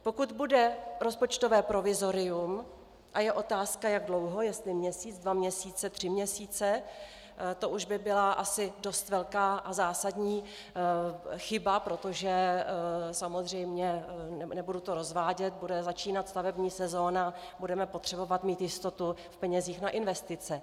Pokud bude rozpočtové provizorium a je otázka jak dlouho, jestli měsíc, dva měsíce, tři měsíce, to už by byla asi dost velká a zásadní chyba, protože samozřejmě, nebudu to rozvádět, bude začínat stavební sezóna, budeme potřebovat mít jistotu v penězích na investice.